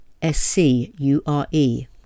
s-c-u-r-e